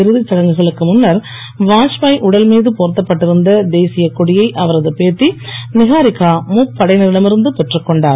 இறுதிச் சடங்குகளுக்கு முன்னர் வாத்பாய் உடல் மீது போர்த்தப்பட்டிருந்த தேசியக் கொடியை அவரது பேத்தி நிஹாரிகா முப்படையினரிடம் இருந்து பெற்றுக் கொண்டார்